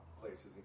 places